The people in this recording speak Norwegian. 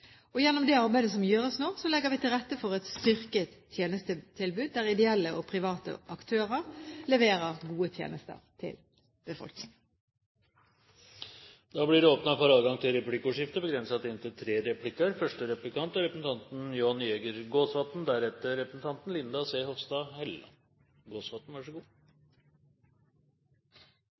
Gjennom det arbeidet som gjøres nå, legger vi til rette for et styrket tjenestetilbud, der ideelle og private aktører leverer gode tjenester til befolkningen. Det åpnes for